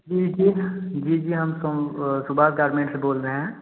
जी जी जी जी हम सुभाष गारमेंट से बोल रहे हैं